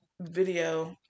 video